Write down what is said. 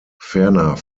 ferner